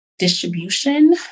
distribution